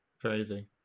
Crazy